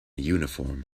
uniform